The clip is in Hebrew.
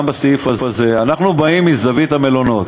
גם בסעיף הזה: אנחנו באים מזווית המלונות,